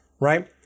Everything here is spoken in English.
right